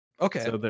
okay